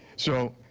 so,